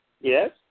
Yes